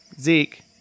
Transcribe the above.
Zeke